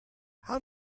how